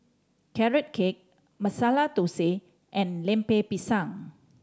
Carrot Cake Masala Thosai and Lemper Pisang